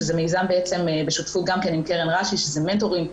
שזה מיזם גם בשותפות עם קרן "רש"י" שזה מנטורים.